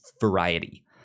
variety